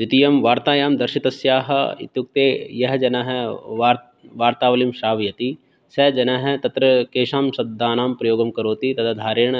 द्वितीयं वार्तायां दर्शितस्याः इत्युक्ते यः जनः वार् वार्तावलीं श्रावयति सः जनः तत्र केषां शब्दानां प्रयोगं करोति तदाधारेण